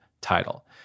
title